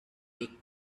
make